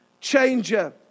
changer